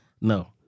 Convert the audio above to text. No